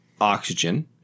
oxygen